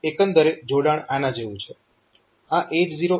આનું એકંદરે જોડાણ આના જેવું છે